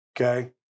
Okay